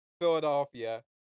Philadelphia